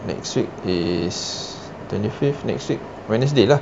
next week is twenty fifth next week wednesday lah